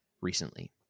recently